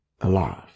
alive